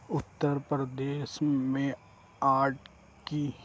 اُتر پردیش میں آرٹ کی